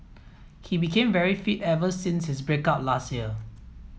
he became very fit ever since his break up last year